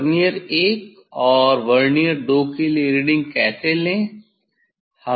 vernier 1और vernier 2 के लिए रीडिंग कैसे लें